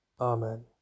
Amen